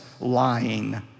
lying